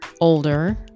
older